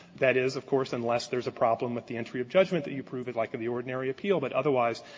that is, of course, unless there's a problem with the entry of judgment that you prove is lack like of the ordinary appeal. but otherwise,